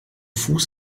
fuß